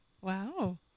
Wow